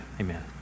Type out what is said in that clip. Amen